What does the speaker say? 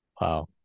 Wow